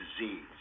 disease